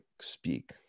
speak